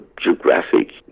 geographic